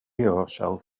yourself